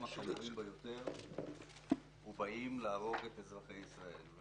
החמורים ביותר ובאים להרוג את אזרחי ישראל.